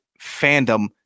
fandom